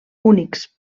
únics